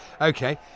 Okay